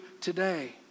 today